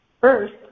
First